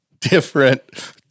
different